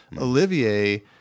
Olivier